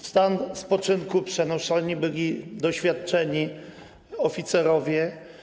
W stan spoczynku przenoszeni byli doświadczeni oficerowie.